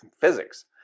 physics